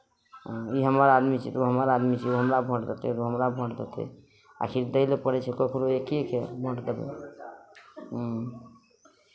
हँ ई हमर आदमी छी तऽ ओ हमर आदमी छी ओ हमरा भोट देतै ओ हमरा भोट देतै आखिर दै लए पड़ै छै ककरो एक्केकेँ भोट तऽ